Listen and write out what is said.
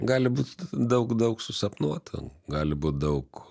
gali būt daug daug susapnuota gali būt daug